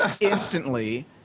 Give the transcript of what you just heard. instantly